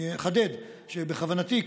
אני אחדד שבכוונתי,